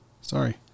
Sorry